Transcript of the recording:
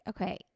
okay